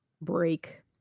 break